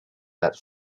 that